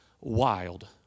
wild